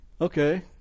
Okay